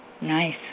Nice